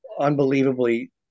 unbelievably